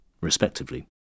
respectively